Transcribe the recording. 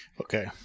Okay